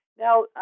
Now